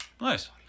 Nice